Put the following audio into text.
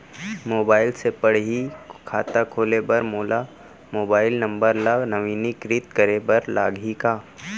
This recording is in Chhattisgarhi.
मोबाइल से पड़ही खाता खोले बर मोला मोबाइल नंबर ल नवीनीकृत करे बर लागही का?